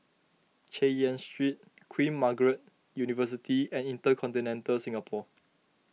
Chay Yan Street Queen Margaret University and Intercontinental Singapore